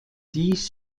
dies